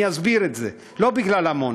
אני אסביר את זה, לא בגלל עמונה.